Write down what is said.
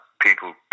people